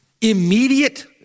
immediate